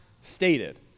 stated